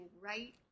right